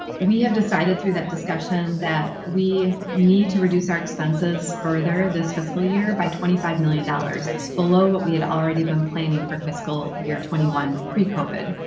we have decided through that discussion that we need to reduce our expenses further this fiscal year by twenty five million dollars below what we had already been planning for fiscal year twenty one, pre covid.